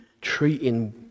treating